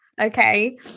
okay